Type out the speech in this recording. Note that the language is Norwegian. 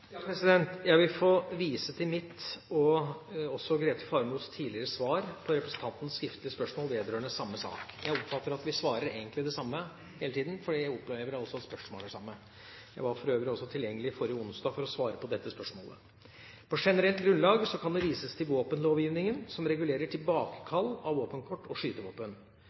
mitt og Grete Faremos tidligere svar på representantens skriftlige spørsmål vedrørende samme sak. Jeg oppfatter det slik at vi egentlig svarer det samme hele tida, fordi jeg opplever at spørsmålet er det samme. Jeg var for øvrig også tilgjengelig forrige onsdag for å svare på dette spørsmålet. På generelt grunnlag kan det vises til våpenlovgivningen, som regulerer tilbakekall av våpenkort og skytevåpen.